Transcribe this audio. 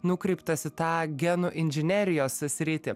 nukreiptas į tą genų inžinerijos sritį